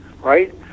right